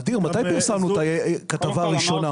אדיר, מתי פרסמנו את הכתבה הראשונה?